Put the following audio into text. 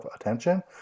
attention